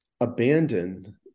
abandon